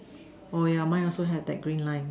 oh yeah mine also have that green line